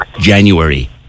January